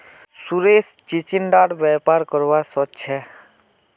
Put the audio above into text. सुरेश चिचिण्डार व्यापार करवा सोच छ